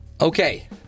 Okay